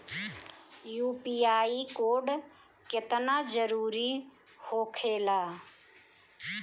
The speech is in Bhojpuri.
यू.पी.आई कोड केतना जरुरी होखेला?